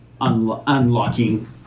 unlocking